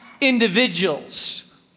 individuals